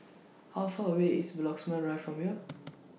How Far away IS Bloxhome Rive from here